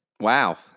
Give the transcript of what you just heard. Wow